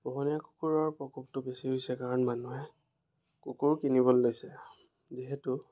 পোহনীয়া কুকুৰৰ প্ৰকোপটো বেছি হৈছে কাৰণ মানুহে কুকুৰ কিনিবলৈ লৈছে যিহেতু